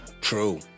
True